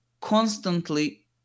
constantly